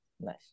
nice